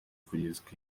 kugezwa